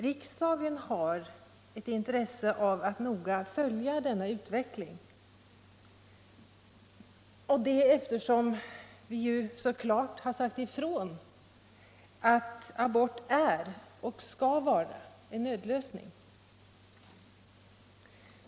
Riksdagen har ett intresse av att noggrant följa denna utveckling, eftersom vi ju så klart har sagt ifrån att abort är och skall vara en nödlösning.